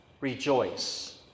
rejoice